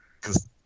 cause